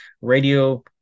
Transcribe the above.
radio